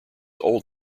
old